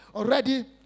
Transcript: already